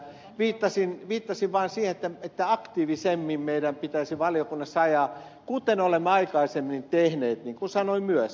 viittasin vaan siihen että aktiivisemmin meidän pitäisi valiokunnassa ajaa kuten olemme aikaisemmin tehneet niin kuin sanoin myös